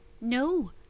No